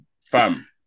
Fam